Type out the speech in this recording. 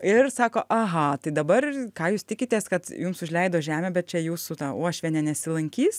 ir sako aha tai dabar ką jūs tikitės kad jums užleido žemę bet čia jūsų uošvienė nesilankys